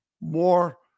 more